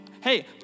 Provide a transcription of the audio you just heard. Hey